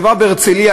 חברה בהרצליה,